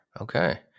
okay